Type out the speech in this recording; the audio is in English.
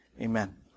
Amen